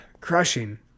crushing